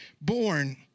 born